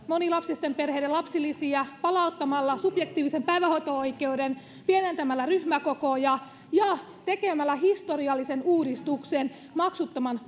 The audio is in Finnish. ja monilapsisten perheiden lapsilisiä palauttamalla subjektiivisen päivähoito oikeuden pienentämällä ryhmäkokoja ja ja tekemällä historiallisen uudistuksen maksuttoman